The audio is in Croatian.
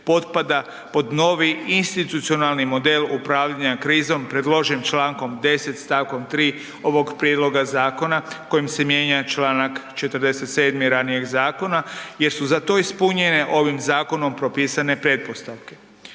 potpada pod novi institucionalni model upravljanja krizom predložen čl. 10. st. 3. ovog prijedloga zakona kojim se mijenja čl. 47. ranijeg zakona jer su za to ispunjene ovih zakonom propisane pretpostavke.